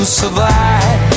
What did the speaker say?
survive